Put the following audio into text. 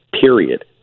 period